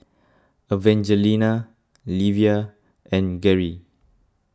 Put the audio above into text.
Evangelina Livia and Gerri